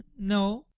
no.